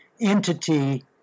entity